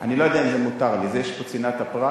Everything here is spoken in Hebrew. אני לא יודע אם זה מותר לי, יש פה צנעת הפרט.